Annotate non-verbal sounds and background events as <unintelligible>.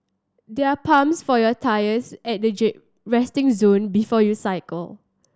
there are pumps for your tyres at the <unintelligible> resting zone before you cycle